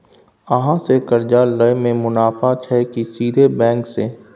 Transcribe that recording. अहाँ से कर्जा लय में मुनाफा छै की सीधे बैंक से?